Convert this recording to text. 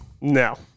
No